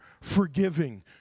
forgiving